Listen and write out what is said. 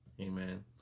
Amen